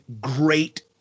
great